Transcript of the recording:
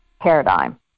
paradigm